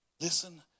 Listen